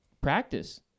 practice